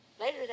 Later